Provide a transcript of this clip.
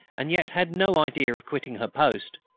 and yet had no idea of quitting her post.